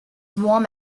warm